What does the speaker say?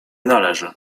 należy